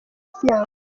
siyansi